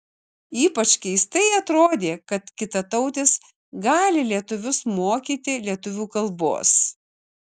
ypač keistai atrodė kad kitatautis gali lietuvius mokyti lietuvių kalbos